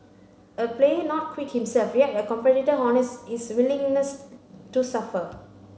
a player not quite himself yet a competitor honest his willingness to suffer